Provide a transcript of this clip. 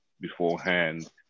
beforehand